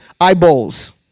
eyeballs